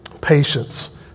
patience